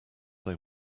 they